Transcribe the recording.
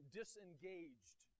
disengaged